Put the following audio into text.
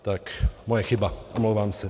Tak moje chyba, omlouvám se.